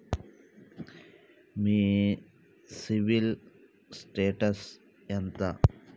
మీ CIBIL status ఎంత?